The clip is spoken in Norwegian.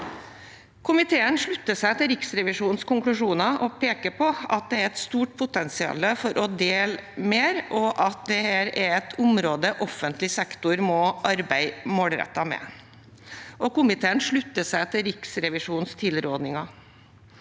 Komiteen slutter seg til Riksrevisjonens konklusjoner og peker på at det er et stort potensial for å dele mer, og at dette er et område offentlig sektor må arbeide målrettet med. Komiteen slutter seg til Riksrevisjonens tilrådinger.